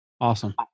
Awesome